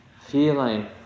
feeling